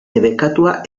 debekatua